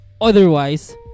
Otherwise